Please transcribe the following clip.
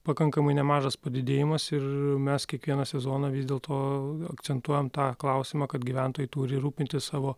pakankamai nemažas padidėjimas ir mes kiekvieną sezoną vis dėlto akcentuojam tą klausimą kad gyventojai turi rūpintis savo